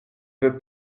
veux